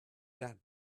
that